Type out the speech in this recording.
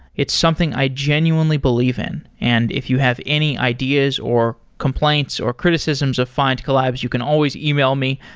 it's something i genuinely believe in. and if you have any ideas or complaints or criticisms of findcollabs, you can always email me,